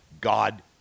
God